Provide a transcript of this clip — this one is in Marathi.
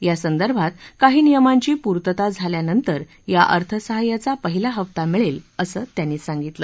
यासदर्भात काही नियमांची पूर्तता झाल्यानंतर या अर्थसहाय्याचा पहिला हफ्ता मिळेल असं त्यांनी सांगितलं